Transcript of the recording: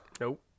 nope